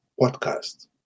podcast